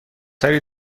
تری